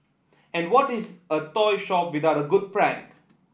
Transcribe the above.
and what is a toy shop without a good prank